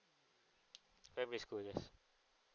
primary school yes